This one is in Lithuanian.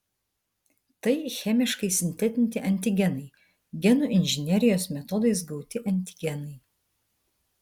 tai chemiškai sintetinti antigenai genų inžinerijos metodais gauti antigenai